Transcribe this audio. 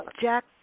Jack